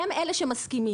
הם אלה שמסכימים,